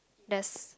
that's